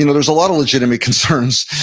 you know there's a lot of legitimate concerns.